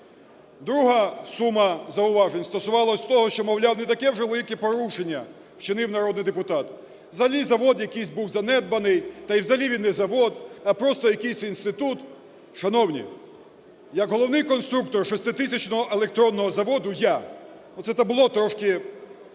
Друга сума зауважень стосувалась того, що, мовляв, не таке вже велике порушення вчинив народний депутат. Взагалі завод якийсь був занедбаний та і взагалі він не завод, а просто якийсь інститут. Шановні, як головний конструктор 6-тисячного електронного заводу я, (оце табло трошки